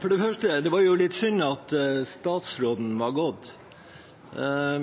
For det første: Det var jo litt synd at statsråden hadde gått.